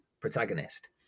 protagonist